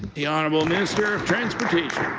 the honourable minister of transportation.